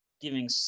giving